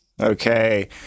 Okay